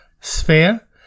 sphere